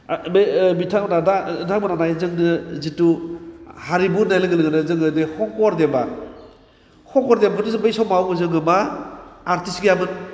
नै बिथांमोना दा ओ नोंथांमोना नाय जोंनो जिथु हारिमु होन्नाय लोगो लोगोनो जोङोजे शंकरदेबा शंकरदेबखौथ' जोङो बै समाव जोङो मा आर्टिस्त गैयामोन